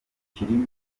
cyilima